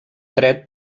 dret